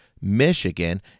Michigan